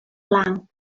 blanc